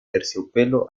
terciopelo